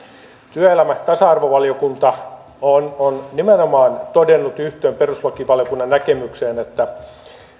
työelämä ja tasa arvovaliokunta on on nimenomaan todennut yhtyen perustuslakivaliokunnan näkemykseen että